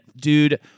dude